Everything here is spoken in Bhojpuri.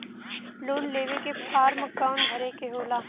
लोन लेवे के फार्म कौन भरे के होला?